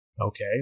Okay